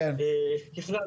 ככלל,